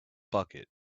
bucket